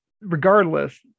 regardless